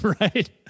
right